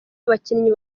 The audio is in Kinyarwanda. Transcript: abakinnyi